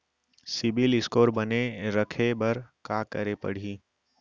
CIBIL score बने रखे बर का करे पड़ही?